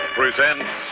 presents